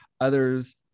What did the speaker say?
others